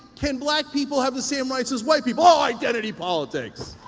can black people have the same rights as white people? oh, identity politics!